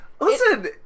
Listen